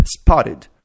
spotted